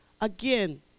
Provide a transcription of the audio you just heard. again